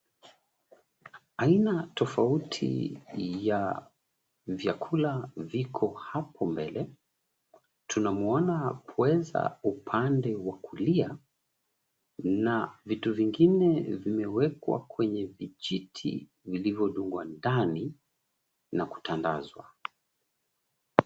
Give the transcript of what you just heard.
Aina tofauti ya vyakula viko hapo mbele tunamuona pweza upande wa kulia na vitu vingine zimeekwa kwenye vijiti vilivyodungwa ndani na kutandazwa.